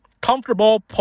comfortable